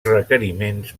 requeriments